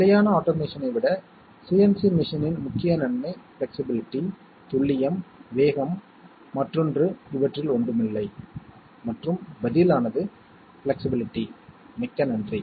இந்த 3 இன்புட்கள் உங்களுக்கு நினைவூட்டுவதற்காக அவை வெப்பநிலை மேற்பரப்பு வேகம் மற்றும் அரைக்கும் இயந்திரத்தின் பீட் என்று கருதப்பட்டன நன்றி